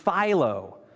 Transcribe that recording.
Philo